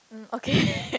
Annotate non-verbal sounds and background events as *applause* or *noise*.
um okay *laughs*